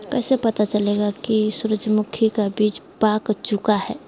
कैसे पता चलेगा की सूरजमुखी का बिज पाक चूका है?